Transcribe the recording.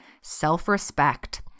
self-respect